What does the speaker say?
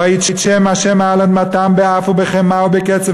"ויתשם ה' מעל אדמתם באף ובחמה ובקצף